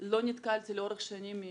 לא נתקלתי לאורך שנים,